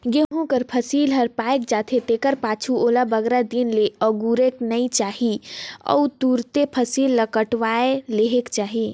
गहूँ कर फसिल हर पाएक जाथे तेकर पाछू ओला बगरा दिन ले अगुरेक नी चाही अउ तुरते फसिल ल कटुवाए लेहेक चाही